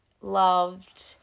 loved